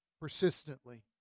persistently